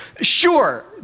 Sure